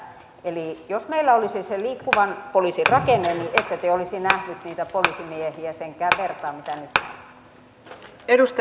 eli jos meillä olisi se liikkuvan poliisin rakenne niin ette te olisi nähneet niitä poliisimiehiä senkään vertaa kuin nyt